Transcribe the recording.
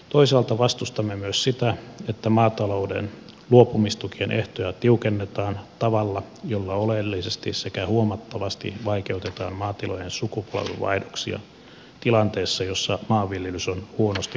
toisaalta vastustamme myös sitä että maatalouden luopumistukien ehtoja tiukennetaan tavalla jolla oleellisesti sekä huomattavasti vaikeutetaan maatilojen sukupolvenvaihdoksia tilanteessa jossa maanviljelys on huonosti kannattavaa